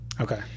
Okay